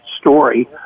story